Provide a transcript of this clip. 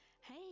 Hey